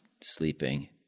sleeping